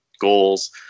goals